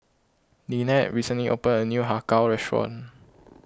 Lynnette recently opened a new Har Kow Restaurant